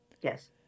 Yes